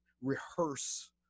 rehearse